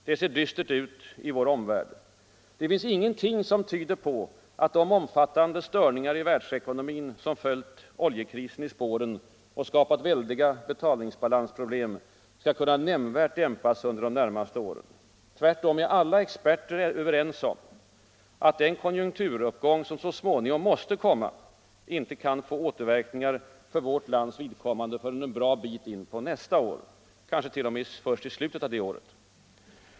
Det ser dystert ut i vår omvärld. Det finns ingenting som tyder på att de omfattande störningar i världsekonomin som följt oljekrisen i spåren och skapat väldiga betalningsbalansproblem skall kunna nämnvärt dämpas under de närmaste åren. Tvärtom är alla experter överens om att den konjunkturuppgång som så småningom måste komma inte kan få återverkningar för vårt lands vidkommande förrän en bra bit in på nästa år, kanske t.o.m. först i slutet av det året.